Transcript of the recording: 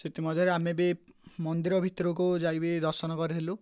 ସେଥିମଧ୍ୟରେ ଆମେ ବି ମନ୍ଦିର ଭିତରକୁ ଯାଇବି ଦର୍ଶନ କରିଥିଲୁ